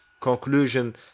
conclusion